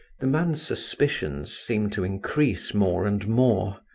the man's suspicions seemed to increase more and more.